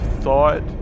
thought